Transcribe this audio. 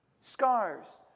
scars